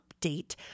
update